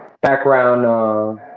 background